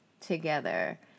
together